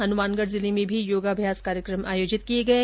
हनुमानगढ़ जिले में भी योगाभ्यास कार्यक्रम आयोजित किये गये